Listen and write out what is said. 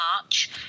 March